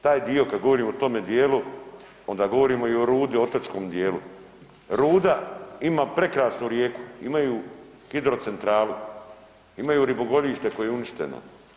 Taj dio kada govorimo o tome dijelu onda govorimo i o Rudi otočkom dijelu, Ruda ima prekrasnu rijeku imaju hidrocentralu imaju ribogojilište koje je uništeno.